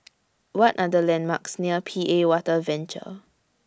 What Are The landmarks near P A Water Venture